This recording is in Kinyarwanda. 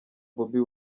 bobi